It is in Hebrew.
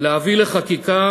להביא לחקיקה